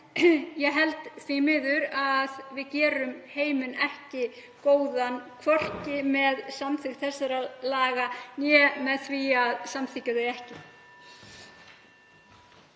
ég held því miður að við gerum heiminn ekki góðan, hvorki með samþykkt þessara laga né með því að samþykkja þau ekki.